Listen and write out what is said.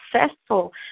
successful